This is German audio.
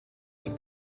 zum